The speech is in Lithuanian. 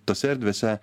tose erdvėse